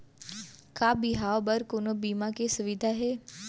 का बिहाव बर कोनो बीमा के सुविधा हे?